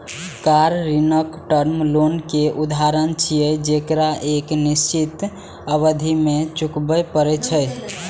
car ऋण term loan के उदाहरण छियै, जेकरा एक निश्चित अवधि मे चुकबै पड़ै छै